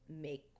Make